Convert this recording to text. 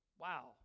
Wow